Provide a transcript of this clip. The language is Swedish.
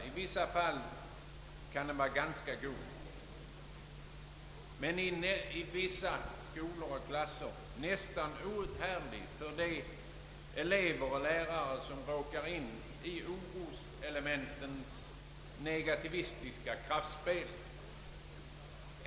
I vissa fall kan arbetsmiljön vara ganska god men i somliga skolor och klasser nästan outhärdlig för de elever och lärare som råkar ut för oroselementens negativa kraftspel.